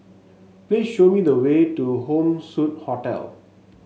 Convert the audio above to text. please show me the way to Home Suite Hotel